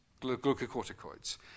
glucocorticoids